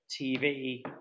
tv